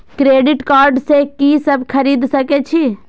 Credit card से की सब खरीद सकें छी?